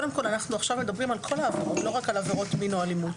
אנחנו עכשיו מדברים על כל העבירות לא רק על עבירות מין או אלימות.